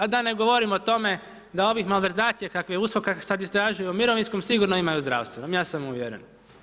A da ne govorimo o tome da ovih malverzacija kakve USKOK kakve sada istražuje o mirovinskom, sigurno ima i u zdravstvenom, ja sam uvjeren.